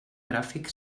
gràfic